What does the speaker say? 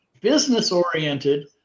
business-oriented